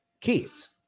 kids